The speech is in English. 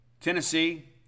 Tennessee